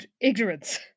ignorance